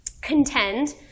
contend